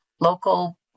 Local